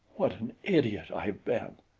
what an idiot i have been!